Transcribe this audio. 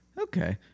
okay